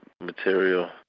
material